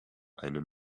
einem